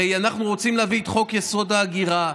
הרי אנחנו רוצים להביא את חוק-יסוד: ההגירה,